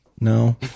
No